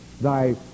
thy